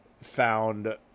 found